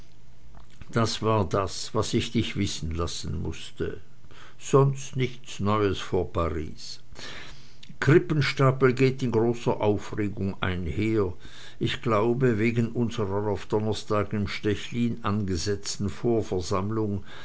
das war das was ich dich wissen lassen mußte sonst nichts neues vor paris krippenstapel geht in großer aufregung einher ich glaube wegen unsrer auf donnerstag in stechlin selbst angesetzten